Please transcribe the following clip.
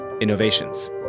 Innovations